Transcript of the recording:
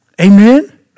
Amen